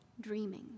dreaming